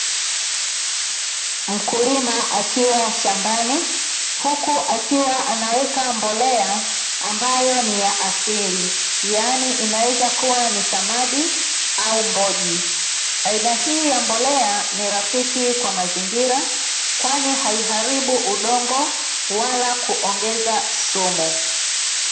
Mkulima akiwa shambani, huku akiwa anaweka mbolea ya asili inaweza kuwa ya samadi au mboji, aina hii ya mbolea ni rafiki kwa mazingira kwa haiharibu udongo wala kuongeza sumu.